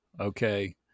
okay